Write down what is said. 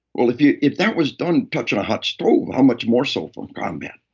well, if yeah if that was done touching a hot stove, how much more so for combat?